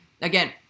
Again